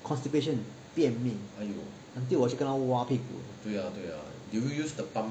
constipation 便秘 until 我去跟她挖屁股